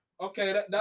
okay